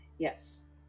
Yes